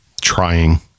Trying